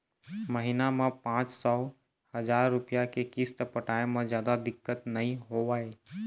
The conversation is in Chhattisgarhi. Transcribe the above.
महिना म पाँच सौ, हजार रूपिया के किस्त पटाए म जादा दिक्कत नइ होवय